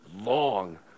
long